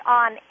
on